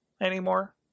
anymore